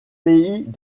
pays